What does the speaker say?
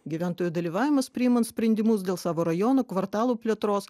gyventojų dalyvavimas priimant sprendimus dėl savo rajono kvartalų plėtros